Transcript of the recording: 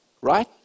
right